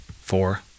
Four